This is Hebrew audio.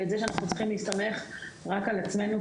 ואת העובדה שאנחנו צריכים להסתמך רק על עצמנו,